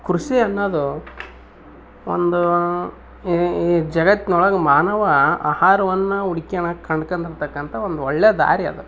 ಕೃಷಿ ಅನ್ನೊದು ಒಂದು ಈ ಜಗತ್ತಿನೊಳಗ್ ಮಾನವ ಆಹಾರವನ್ನ ಹುಡ್ಕೊಣಾಕ್ ಕಂಡ್ಕೊಂಡಿರ್ತಕ್ಕಂಥ ಒಂದು ಒಳ್ಳೆ ದಾರಿ ಅದು